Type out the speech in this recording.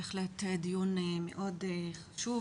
בהחלט דיון מאוד חשוב,